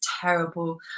terrible